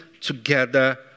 together